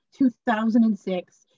2006